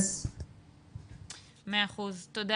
תודה